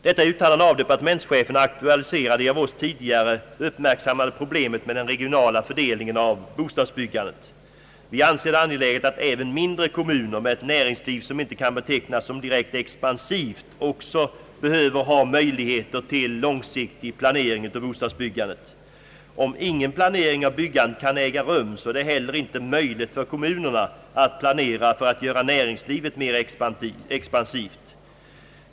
Detta uttalande av departementschefen aktualiserar det av oss tidigare uppmärksammade problemet med den regionala för delningen av bostadsbyggandet. Vi anser det angeläget att även mindre kommuner med ett näringsliv, som inte kan betecknas som expansivt, också behöver ha möjligheter till långsiktig planering av sitt bostadsbyggande. Om ingen planering av byggandet kan äga rum så är det heller inte möjligt för kommunerna att planera för att göra näringslivet mera expansivt.